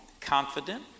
confident